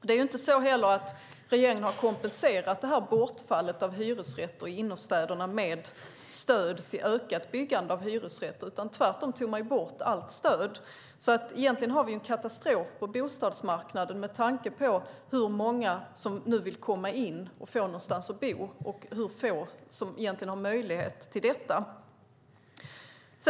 Det är inte heller så att regeringen har kompenserat bortfallet av hyresrätter i innerstäderna med stöd till ökat byggande av hyresrätter. Tvärtom tog man bort allt stöd. Egentligen har vi en katastrof på bostadsmarknaden med tanke på hur många som nu vill komma in och få någonstans att bo och hur få som har möjlighet till det.